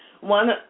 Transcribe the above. one